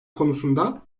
konusunda